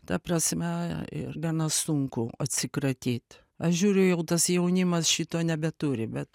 ta prasme ir gana sunku atsikratyt aš žiūriu jau tas jaunimas šito nebeturi bet